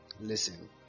listen